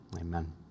Amen